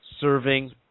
serving